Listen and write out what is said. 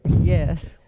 Yes